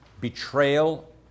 Betrayal